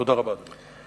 תודה רבה, אדוני.